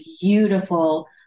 beautiful